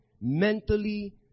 mentally